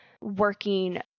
working